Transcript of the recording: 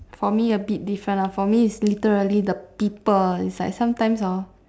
for me a bit different lah for me is literally the people is like sometimes hor